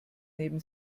neben